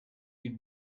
you